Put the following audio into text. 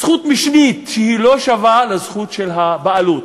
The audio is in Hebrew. זכות משנית שהיא לא שווה לזכות של הבעלות.